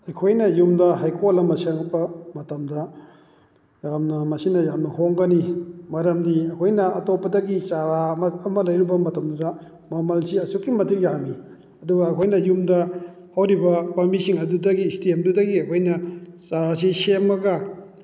ꯑꯩꯈꯣꯏꯅ ꯌꯨꯝꯗ ꯍꯩꯀꯣꯜ ꯑꯃ ꯁꯦꯝꯒꯠꯄ ꯃꯇꯝꯗ ꯌꯥꯝꯅ ꯃꯁꯤꯅ ꯌꯥꯝꯅ ꯍꯣꯡꯒꯅꯤ ꯃꯔꯝꯗꯤ ꯑꯩꯈꯣꯏꯅ ꯑꯩꯇꯣꯞꯄꯗꯒꯤ ꯆꯔꯥ ꯑꯃ ꯂꯩꯔꯨꯕ ꯃꯇꯝꯗꯨꯗ ꯃꯃꯜꯁꯤ ꯑꯁꯨꯛꯀꯤ ꯃꯇꯤꯛ ꯌꯥꯝꯃꯤ ꯑꯗꯨꯒ ꯑꯩꯈꯣꯏꯅ ꯌꯨꯝꯗ ꯍꯧꯔꯤꯕ ꯄꯥꯝꯕꯤꯁꯤꯡ ꯑꯗꯨꯗꯒꯤ ꯏꯁꯇꯦꯝꯗꯨꯗꯒꯤ ꯑꯩꯈꯣꯏꯅ ꯆꯥꯔꯥꯁꯤ ꯁꯦꯝꯃꯒ